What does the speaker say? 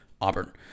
Auburn